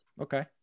Okay